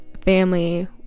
family